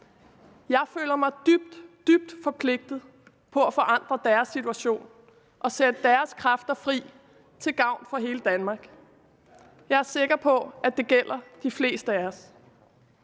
Jeg føler mig dybt, dybt forpligtet på at forandre deres situation og sætte deres kræfter fri til gavn for hele Danmark. Jeg er sikker på, at det gælder de fleste af os.